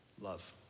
Love